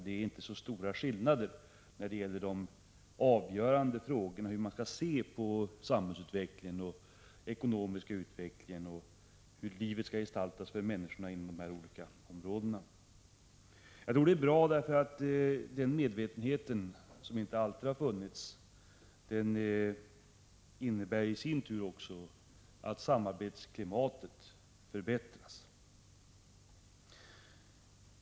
Det är inte stora skillnader i de avgörande synsätten på samhällsutvecklingen, den ekonomiska utvecklingen och hur livet skall gestalta sig för människorna. Det är bra att detta sägs, därför att medvetenheten om likheterna innebär att samarbetsklimatet mellan Sverige och EG underlättas.